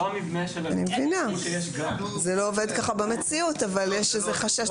זה לא עובד כך במציאות, אבל יש חשש.